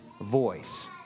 voice